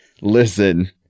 listen